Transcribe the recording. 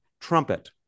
trumpet